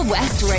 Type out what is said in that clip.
West